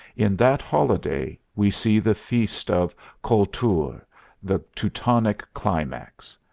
in that holiday we see the feast of kultur, the teutonic climax.